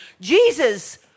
Jesus